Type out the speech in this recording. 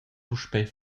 puspei